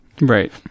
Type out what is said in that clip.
Right